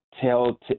tell